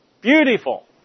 beautiful